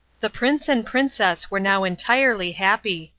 the prince and princess were now entirely happy,